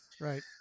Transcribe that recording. Right